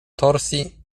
torsji